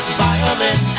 violin